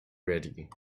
ready